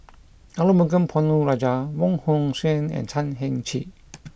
Arumugam Ponnu Rajah Wong Hong Suen and Chan Heng Chee